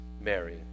Mary